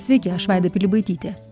sveiki aš vaida pilibaitytė